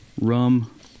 rum